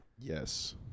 Yes